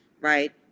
right